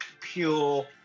pure